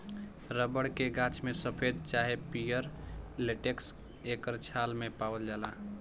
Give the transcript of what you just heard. rubber के गाछ में सफ़ेद चाहे पियर लेटेक्स एकर छाल मे पावाल जाला